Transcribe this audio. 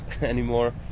anymore